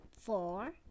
four